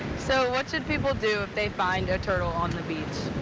so what should people do if they find a turtle on the beach?